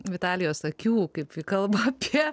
vitalijos akių kaip ji kalba apie